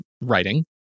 writing